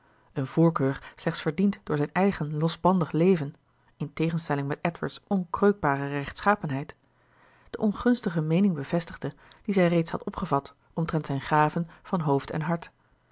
een voorkeur slechts verdiend door zijn eigen losbandig leven in tegenstelling met edward's onkreukbare rechtschapenheid de ongunstige meening bevestigde die zij reeds had opgevat omtrent zijn gaven van hoofd en hart